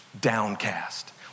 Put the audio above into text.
downcast